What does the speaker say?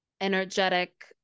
energetic